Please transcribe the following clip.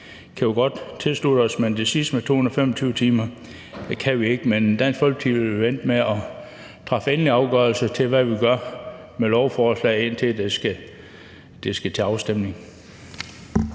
kan vi godt tilslutte os. Men det sidste med 225-timersreglen kan vi ikke. Men Dansk Folkeparti vil vente med at træffe endelig afgørelse om, hvad vi gør med lovforslaget, indtil det skal til afstemning.